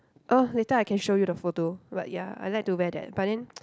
uh later I can show you the photo but ya I like to wear that but then